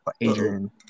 Adrian